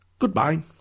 Goodbye